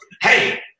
hey